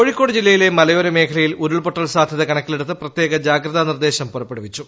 കോഴിക്കോട് ജില്ലയിലെ മലയോര മേഖലയിൽ ഉരുൾ പൊട്ടൽ സാധ്യത് കണക്കിലെടുത്ത് പ്രത്യേക ജാഗ്രതാ നിർദ്ദേശം പുറപ്പെടുവിച്ചു